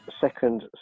second